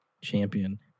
champion